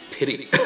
Pity